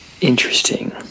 Interesting